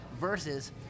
versus